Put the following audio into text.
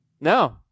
No